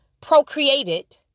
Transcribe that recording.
procreated